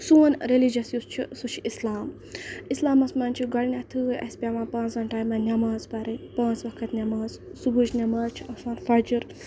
سون رٮ۪لِجَس یُس چھُ سُہ چھِ اِسلام اِسلامَس منٛز چھِ گۄڈنٮ۪تھٕے اَسہِ پٮ۪وان پانٛژَن ٹایمَن نٮ۪ماز پَرٕنۍ پانٛژھ وقت نٮ۪ماز صُبحٕچ نٮ۪ماز چھِ آسان فَجر